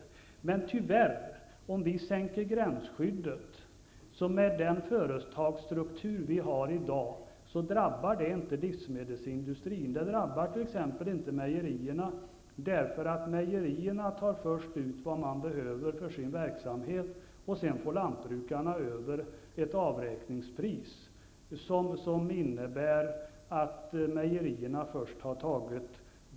Om vi, med den företagsstruktur som vi i dag har, sänker gränsskyddet drabbar det, tyvärr, inte livsmedelsindustrin. Det drabbar t.ex. inte mejerierna -- mejerierna tar först ut vad de behöver för sin verksamhet, och sedan får lantbrukarna ett avräkningspris baserat på vad som finns över.